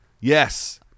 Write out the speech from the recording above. Yes